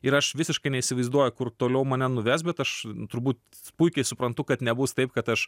ir aš visiškai neįsivaizduoju kur toliau mane nuves bet aš turbūt puikiai suprantu kad nebus taip kad aš